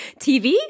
TV